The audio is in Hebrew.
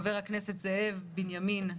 חבר הכנסת זאב בנימין בגין,